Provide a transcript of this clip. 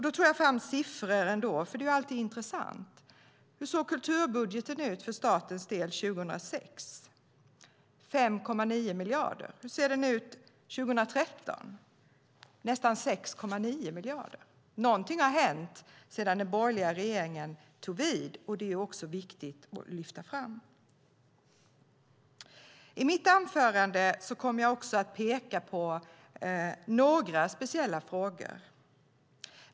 Då tog jag fram några siffror, för det är alltid intressant. Hur såg kulturbudgeten ut för statens del 2006? Den var på 5,9 miljarder kronor. Hur ser den ut 2013? Den är nästan 6,9 miljarder kronor. Något har hänt sedan den borgerliga regeringen tog vid, och det är viktigt att lyfta fram. I mitt anförande kommer jag också att peka på några speciella frågor.